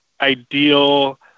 ideal